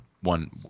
one